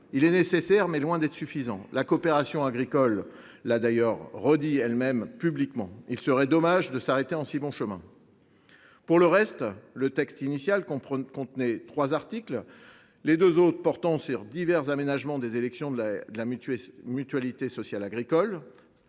Il est nécessaire, mais loin d’être suffisant. La Coopération agricole l’a d’ailleurs redit elle même publiquement. Il serait dommage de s’arrêter en si bon chemin. Pour le reste, le texte initial contenait trois articles, les deux autres portant sur divers aménagements des élections à la mutualité sociale agricole